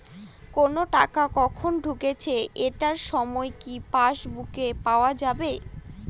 কোনো টাকা কখন ঢুকেছে এটার সময় কি পাসবুকে পাওয়া যাবে?